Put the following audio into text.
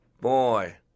Boy